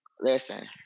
Listen